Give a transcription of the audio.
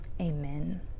amen